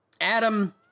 Adam